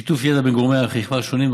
שיתוף ידע בין גורמי האכיפה השונים,